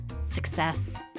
success